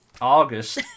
August